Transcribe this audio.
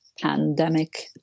pandemic